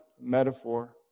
metaphor